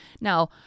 Now